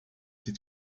sie